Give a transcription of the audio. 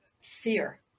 fear